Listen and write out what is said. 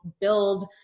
build